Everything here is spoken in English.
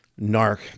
Narc